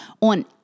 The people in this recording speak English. on